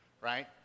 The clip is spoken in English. right